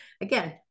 again